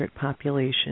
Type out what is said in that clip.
population